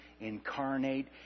incarnate